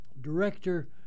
Director